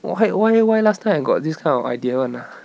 why why why last time I got this kind of idea [one] ah